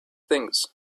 things